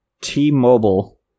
t-mobile